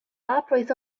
operates